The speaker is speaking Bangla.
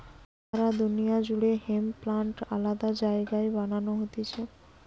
সারা দুনিয়া জুড়ে হেম্প প্লান্ট আলাদা জায়গায় বানানো হতিছে